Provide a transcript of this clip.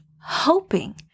hoping